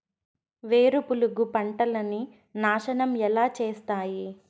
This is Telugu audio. వేరుపురుగు పంటలని నాశనం ఎలా చేస్తాయి?